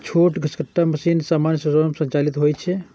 छोट घसकट्टा मशीन सामान्यतः स्वयं संचालित होइ छै